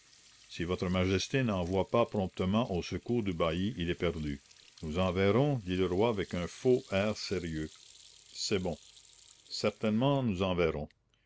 si votre majesté n'envoie pas promptement au secours du bailli il est perdu nous enverrons dit le roi avec un faux air sérieux c'est bon certainement nous enverrons